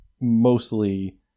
mostly